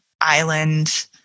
island